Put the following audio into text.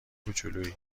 کوچولویی